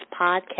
podcast